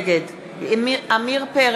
נגד עיסאווי פריג' אינו נוכח עמיר פרץ,